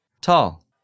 tall